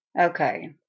Okay